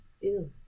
Ew